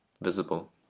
visible